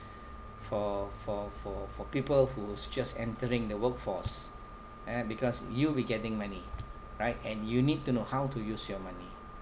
for for for for people who's just entering the work force uh because you'll be getting money right and you need to know how to use your money